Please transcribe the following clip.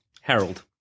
Harold